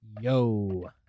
Yo